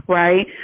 right